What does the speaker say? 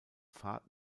fahrt